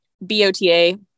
bota